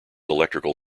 electrical